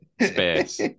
space